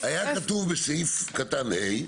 היה כתוב בסעיף קטן (ה),